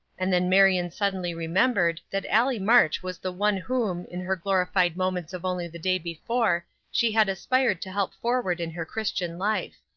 and then marion suddenly remembered that allie march was the one whom, in her glorified moments of only the day before she had aspired to help forward in her christian life.